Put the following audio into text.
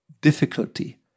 difficulty